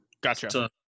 gotcha